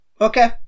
Okay